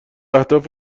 اهداف